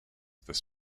this